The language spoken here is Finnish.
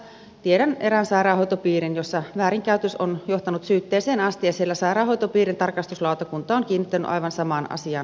tiedän erään sairaanhoitopiirin jossa väärinkäytös on johtanut syytteeseen asti ja siellä sairaanhoitopiirin tarkastuslautakunta on kiinnittänyt aivan samaan asiaan huomiota